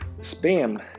Spam